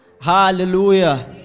Hallelujah